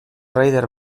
raider